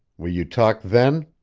will you talk, then?